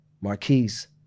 Marquise